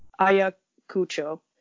Ayacucho